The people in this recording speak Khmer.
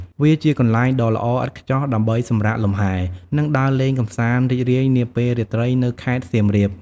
វាជាកន្លែងដ៏ល្អឥតខ្ចោះដើម្បីសម្រាកលំហែ និងដើរលេងកម្សាន្តរីករាយនាពេលរាត្រីនៅខេត្តសៀមរាប។